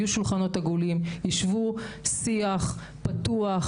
יהיו שולחנות עגולים וישבו על שיח פתוח,